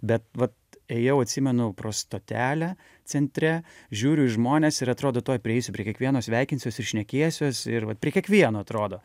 bet vat ėjau atsimenu pro stotelę centre žiūriu į žmones ir atrodo tuoj prieisiu prie kiekvieno sveikinsiuos ir šnekėsiuos ir vat prie kiekvieno atrodo